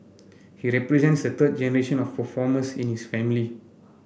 he represents the third generation of performers in his family